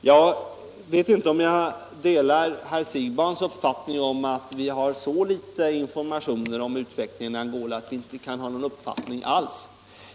Jag vet inte om jag delar herr Siegbahns uppfattning om att vi har så liten information om utvecklingen i Angola att vi inte kan ha någon uppfattning alls.